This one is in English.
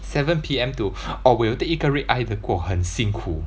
seven P_M to orh 我有 take 一个 red-eye 的过很辛苦